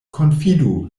konfidu